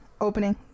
opening